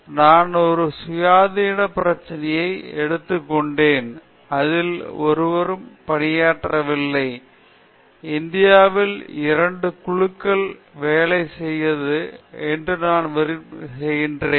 நான் ஒரு சுயாதீனப் பிரச்சனையை எடுத்துக் கொண்டேன் அதில் ஒருவரும் பணியாற்றவில்லை இந்தியாவில் இரண்டு குழுக்கள் வேலை செய்யது நான் வெற்றிகரமாக நிறைவு செய்தேன்